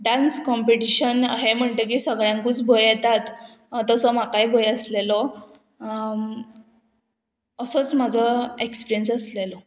dance competition हें म्हणटकीर सगळ्यांकूच भंय येतात तसो म्हाकाय भंय आसलेलो असोच म्हाजो एक्सपिरियंस आसलेलो